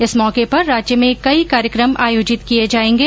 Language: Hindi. इस मौके पर राज्य में कई कार्यक्रम आयोजित किये जाऐंगे